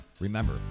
Remember